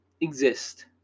exist